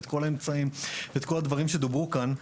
את כל האמצעים ואת כל הדברים שדוברו כאן,